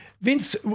Vince